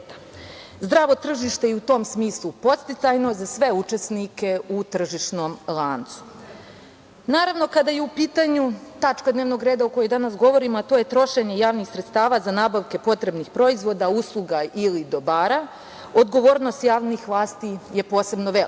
Zdravo tržište je u tom smislu podsticajno za sve učesnike u tržišnom lancu. Naravno, kada je u pitanju tačka dnevnog reda o kojoj danas govorimo, a to je trošenje javnih sredstava za nabavke potrebnih proizvoda, usluga ili dobara, odgovornost javnih vlasti je posebno velika.